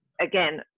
again